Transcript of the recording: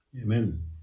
Amen